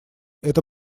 это